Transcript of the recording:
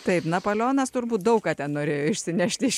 taip napoleonas turbūt daug ką ten norėjo išsinešti iš